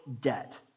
debt